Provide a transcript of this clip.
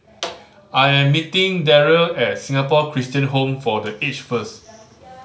I am meeting Darryll at Singapore Christian Home for The Aged first